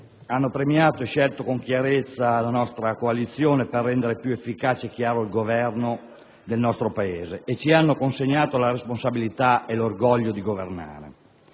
hanno premiato e scelto con chiarezza la nostra coalizione per rendere più efficace e chiaro il Governo del nostro Paese e ci hanno consegnato la responsabilità e l'orgoglio di governare.